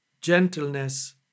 gentleness